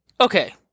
Okay